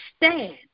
stand